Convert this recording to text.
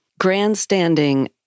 grandstanding